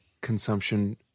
consumption